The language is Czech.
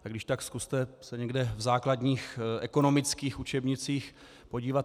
Když tak zkuste se někde v základních ekonomických učebnicích podívat.